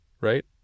right